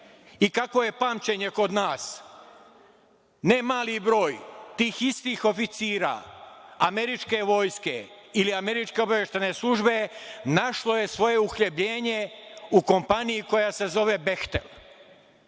je pamćenje kod nas? Ne mali broj tih istih oficira američke vojske ili američke obaveštajne službe našlo je svoje uhlebljenje u kompaniji koja se zove „Behtel“,